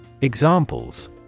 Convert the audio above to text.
Examples